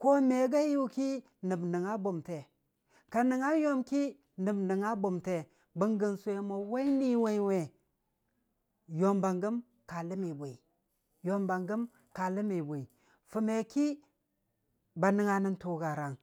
ko me gaiyʊ ki nəb nəngnga bʊmte, ka nəngnga yoom ki nəb nəngnga bʊmte, bənggən sʊwe mo wai ni waiwe yoom ba gəm ka ləmmi bwi, yoom ba gəm ka ləmmi bwi fʊme ki ba nəngnga nən tʊgarang.